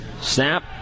Snap